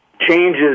changes